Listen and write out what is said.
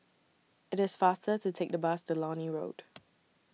IT IS faster to Take The Bus to Lornie Road